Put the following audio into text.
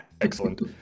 Excellent